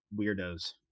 weirdos